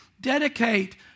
dedicate